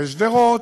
בשדרות.